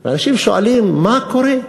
אנשים שואלים: מה קורה?